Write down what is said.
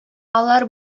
алар